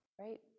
right